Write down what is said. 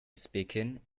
speaking